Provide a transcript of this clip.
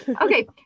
Okay